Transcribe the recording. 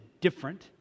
different